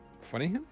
funny